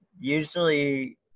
usually